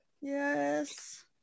yes